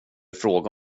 fråga